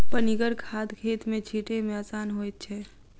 पनिगर खाद खेत मे छीटै मे आसान होइत छै